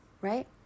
right